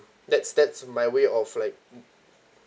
that's that's my way of like